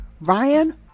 Ryan